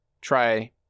try